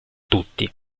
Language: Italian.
tutti